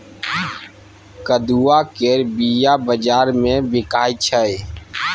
कदुआ केर बीया बजार मे बिकाइ छै